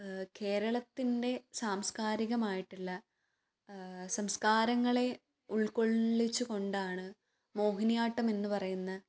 കേരളത്തിൻ്റെ സാംസ്കാരികമായിട്ടുള്ള സംസ്കാരങ്ങളെ ഉൾക്കൊള്ളിച്ച് കൊണ്ടാണ് മോഹിനിയാട്ടം എന്ന് പറയുന്ന